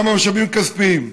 גם המשאבים הכספיים.